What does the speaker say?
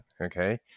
okay